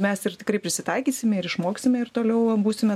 mes ir tikrai prisitaikysime ir išmoksime ir toliau būsime